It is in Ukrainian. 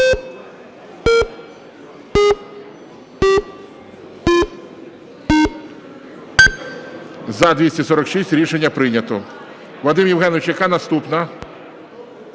За-241 Рішення прийнято.